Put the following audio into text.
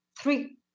three